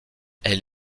elle